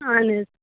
اَہَن حظ